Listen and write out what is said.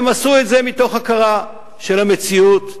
הם עשו את זה מתוך הכרה של המציאות,